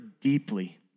deeply